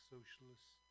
Socialists